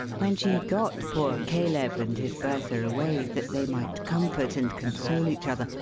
when she had got poor caleb and his bertha away, that they might comfort and console each other,